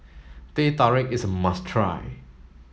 Teh Tarik is a must try